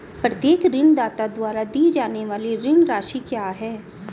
प्रत्येक ऋणदाता द्वारा दी जाने वाली ऋण राशि क्या है?